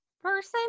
person